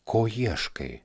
ko ieškai